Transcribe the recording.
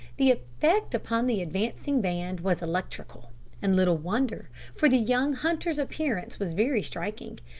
the effect upon the advancing band was electrical and little wonder, for the young hunter's appearance was very striking.